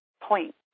point